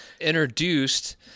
introduced